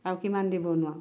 আৰু কিমান দিবনো আৰু